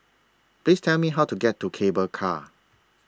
Please Tell Me How to get to Cable Car